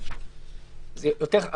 אבל